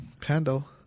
Pando